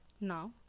now